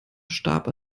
starb